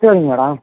சரிங்க மேடம்